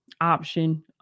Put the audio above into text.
option